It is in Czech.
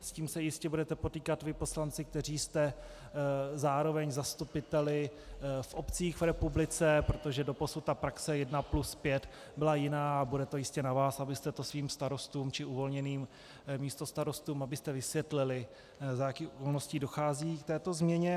S tím se jistě budete potýkat vy, poslanci, kteří jste zároveň zastupiteli v obcích v republice, protože doposud praxe 1+5 byla jiná, a bude to jistě na vás, abyste to svým starostům či uvolněným místostarostům vysvětlili, za jakých okolností dochází k této změně.